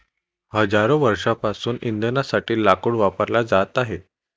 हजारो वर्षांपासून इंधनासाठी लाकूड वापरला जात आहे